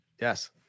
yes